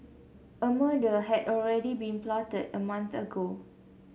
a murder had already been plotted a month ago